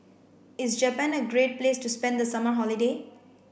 is Japan a great place to spend the summer holiday